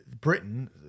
Britain